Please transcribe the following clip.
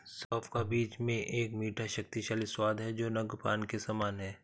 सौंफ का बीज में एक मीठा, शक्तिशाली स्वाद है जो नद्यपान के समान है